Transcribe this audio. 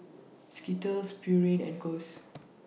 Skittles Pureen and Kose